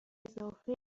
اضافه